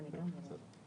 אני גם לא רואה אותו.